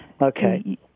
okay